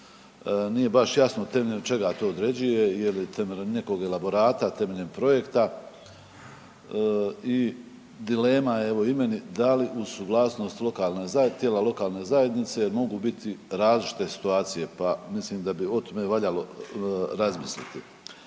Nije baš jasno temeljem čega to određuje je li temeljem nekog elaborata, temeljem projekta i dilema je evo i meni da li uz suglasnost tijela lokalne zajednice mogu biti različite situacije, pa mislim da bi o tome valjalo razmisliti.